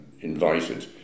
invited